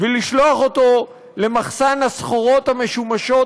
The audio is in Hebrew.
ולשלוח אותו למחסן הסחורות המשומשות,